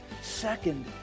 Second